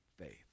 faith